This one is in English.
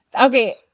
okay